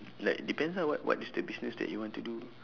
like depends ah what what is the business that you want to do